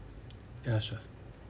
ya sure